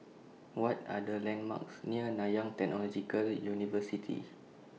What Are The landmarks near Nanyang Technological University